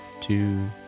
two